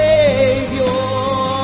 Savior